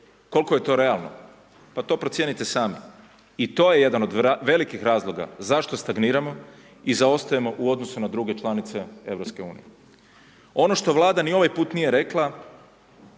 Koliko je to realno? Pa to procijenite sami. I to je jedan od velikih razloga zašto stagniramo i zaostajemo u odnosu na druge članice EU. Ono što Vlada ni ovaj put nije rekla,